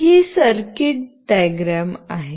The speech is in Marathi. हे सर्किट आकृती आहे